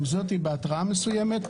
גם זה בהתרעה מסוימת.